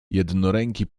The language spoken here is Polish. jednoręki